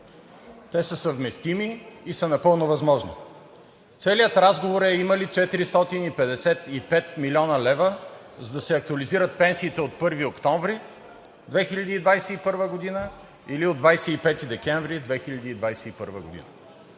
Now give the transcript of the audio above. Те са съвместими и са напълно възможни. Целият разговор е има ли 455 млн. лв., за да се актуализират пенсиите от 1 октомври 2021 г. или от 25 декември 2021 г.?